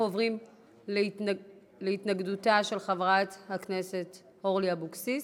אנחנו עוברים להתנגדותה של חברת הכנסת אורלי אבקסיס.